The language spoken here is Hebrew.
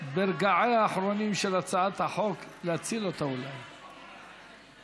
ברגעיה האחרונים של הצעת החוק, להציל אותה, אולי.